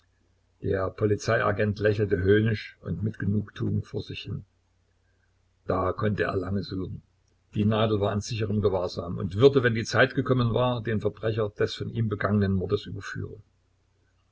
der polizeiagent lächelte höhnisch und mit genugtuung vor sich hin da konnte er lange suchen die nadel war in sicherem gewahrsam und würde wenn die zeit gekommen war den verbrecher des von ihm begangenen mordes überführen